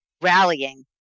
rallying